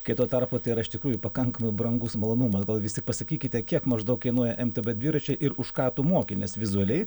kai tuo tarpu tai yra iš tikrųjų pakankamai brangus malonumas gal vistik pasakykite kiek maždaug kainuoja mtb dviračiai ir už ką tu moki nes vizualiai